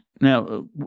Now